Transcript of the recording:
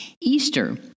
Easter